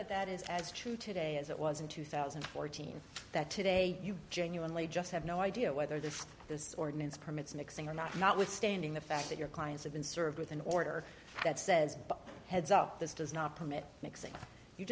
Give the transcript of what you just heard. or that is as true today as it was in two thousand and fourteen that today you genuinely just have no idea whether there's this ordinance permits mixing or not notwithstanding the fact that your clients have been served with an order that says heads up this does not permit mixing you